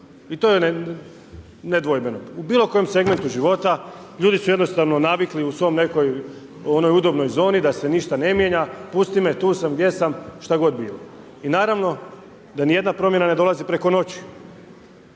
I to je nedvojbeno. U bilo kojem segmentu života, ljudi su jednostavno navikli u svojoj nekakvoj onoj udobnoj zoni da se ništa ne mijenja, pusti me tu sam gdje sam, šta god bilo. I naravno, da ni jedna promjena ne dolazi preko noći.